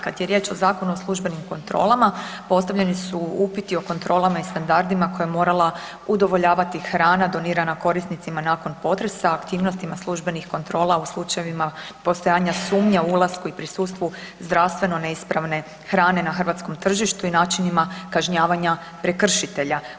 Kad je riječ o Zakonu o službenim kontrolama, postavljeni su upiti o kontrolama i standardima koje je morala udovoljavati hrana donirana korisnicima nakon potresa, aktivnostima službenih kontrola u slučajevima postojanje sumnje o ulasku i prisustvu zdravstveno neispravne hrane na hrvatskom tržištu i načinima kažnjavanja prekršitelja.